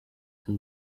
and